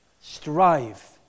strive